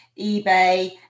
eBay